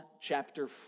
chapter